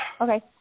Okay